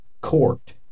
court